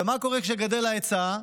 ומה קורה כשגדל ההיצע?